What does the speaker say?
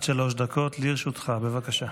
עד שלוש דקות לרשותך, בבקשה.